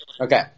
Okay